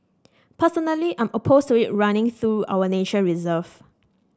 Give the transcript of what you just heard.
personally I'm opposed to it running through our nature reserve